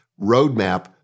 roadmap